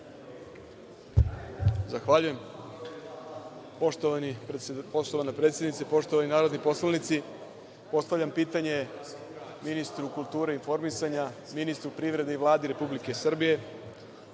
Zahvaljujem. Poštovana predsednice, poštovani narodni poslanici, postavljam pitanje ministru kulture i informisanja, ministru privrede i Vladi Republike Srbije